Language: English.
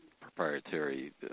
proprietary